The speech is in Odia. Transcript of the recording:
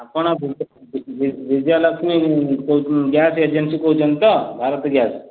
ଆପଣ ବି ବିଜୟ ଲକ୍ଷ୍ମୀ ଗ୍ୟାସ ଏଜେନ୍ସି କହୁଛନ୍ତି ତ ଭାରତ ଗ୍ୟାସ